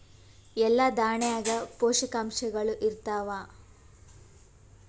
ಎಲ್ಲಾ ದಾಣ್ಯಾಗ ಪೋಷಕಾಂಶಗಳು ಇರತ್ತಾವ?